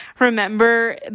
remember